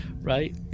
Right